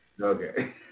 Okay